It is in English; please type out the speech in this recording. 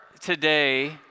today